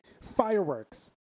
Fireworks